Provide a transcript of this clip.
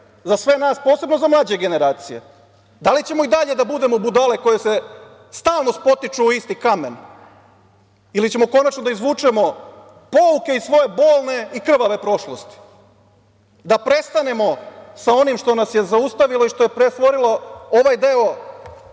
za sve nas, posebno za mlađe generacije, da li ćemo i dalje da budemo budale koje stalno spotiču o isti kamen, ili ćemo konačno da izvučemo pouke iz svoje bolne i krvave prošlosti, da prestanemo sa onim što nas je zaustavilo i što je pretvorilo ovaj deo